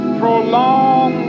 prolong